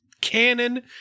canon